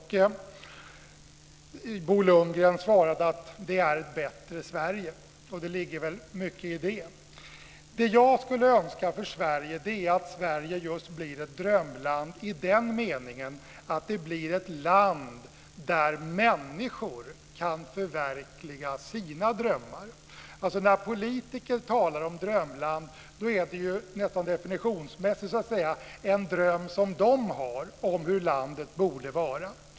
Bo Lundgren svarade att det är ett bättre Sverige. Det ligger mycket i det. Det jag skulle önska för Sverige är att Sverige blir ett drömland i den meningen att det blir ett land där människor kan förverkliga sina drömmar. När politiker talar om drömland är det ju nästan definitionsmässigt en dröm som de har om hur landet borde vara.